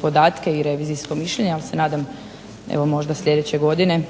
podatke i revizijsko mišljenje. Ali se nadam evo možda sljedeće godine